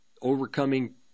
overcoming